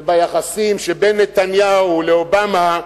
וביחסים שבין נתניהו לאובמה,